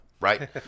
right